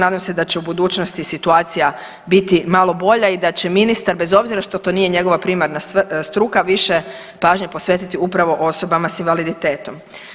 Nadam se da će u budućnosti situacija biti malo bolja i da će ministar bez obzira što nije njegova primarna struka više pažnje posvetiti upravo osobama s invaliditetom.